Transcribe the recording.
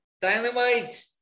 Dynamite